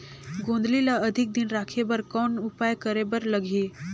गोंदली ल अधिक दिन राखे बर कौन उपाय करे बर लगही?